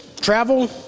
travel